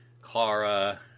Clara